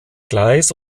gleis